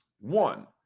One